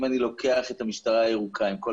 אם אני לוקח את המשטרה הירוקה עם כל